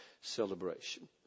celebration